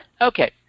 okay